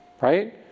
right